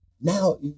now